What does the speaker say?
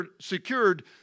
secured